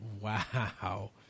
Wow